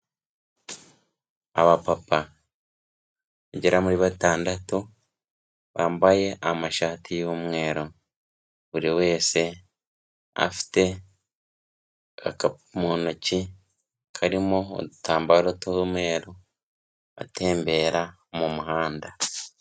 Abapapa bagera muri batandatu, bambaye amashati y'umweru, buri wese afite agakapu mu ntoki karimo udutambaro tw'umweru, atembera mu muhanda.